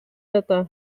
ята